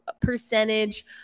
percentage